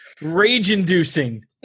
rage-inducing